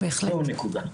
זו הנקודה.